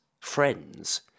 friends